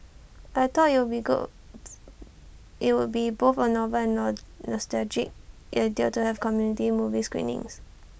I thought IT would be both A novel and nostalgic idea to have community movie screenings